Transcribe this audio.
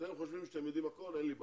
אתם חושבים שאתם יודעים הכול, אין לי בעיה.